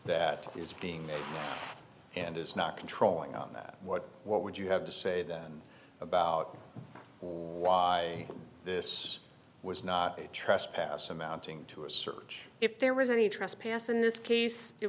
that is being made and is not controlling on that what what would you have to say then about why this was not a trespass amounting to a search if there was any trespass in this case it